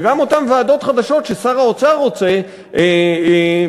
וגם אותן ועדות חדשות ששר האוצר רוצה להקים,